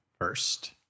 first